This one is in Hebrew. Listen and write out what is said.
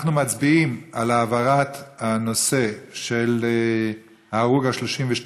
אנחנו מצביעים על העברת הנושא של ההרוג ה-32